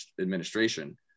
administration